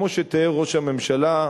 כמו שתיאר ראש הממשלה,